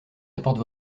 apporte